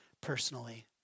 personally